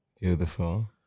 Beautiful